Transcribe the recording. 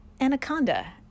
anaconda